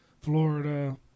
Florida